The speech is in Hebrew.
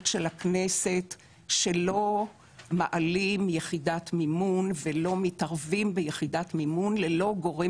של הכנסת שלא מעלים יחידת מימון ולא מתערבים ביחידת מימון ללא גורם